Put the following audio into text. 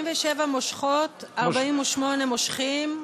47, מושכות, 48, מושכים,